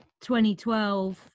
2012